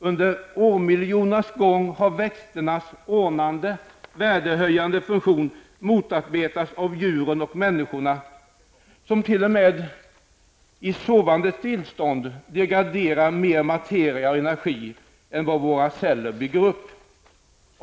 Under årmiljonernas gång har växternas ordnande och värdehöjande funktion ''motarbetats'' av djuren och människorna, som t.o.m. i sovande tillstånd degraderar mer materia och energi än vad våra celler bygger upp.